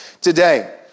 today